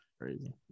crazy